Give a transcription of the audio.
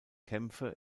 kämpfe